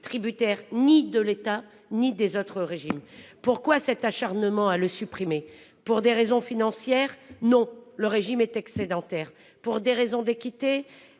tributaire ni de l'État ni des autres régimes. Pourquoi cet acharnement à le supprimer ? Pour des raisons financières ? Non, car le régime est excédentaire. Pour des raisons d'équité ?